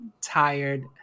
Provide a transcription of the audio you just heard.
tired